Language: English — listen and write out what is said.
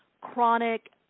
Chronic